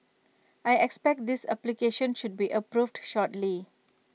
I expect his application should be approved shortly